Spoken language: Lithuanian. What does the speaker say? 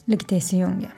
likite įsijungę